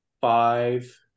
five